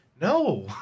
no